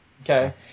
Okay